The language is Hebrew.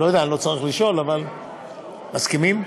אני לא יודע, אני לא צריך לשאול, אבל הם מסכימים?